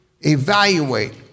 evaluate